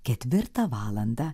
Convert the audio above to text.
ketvirtą valandą